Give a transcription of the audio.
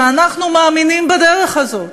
שאנחנו מאמינים בדרך הזאת.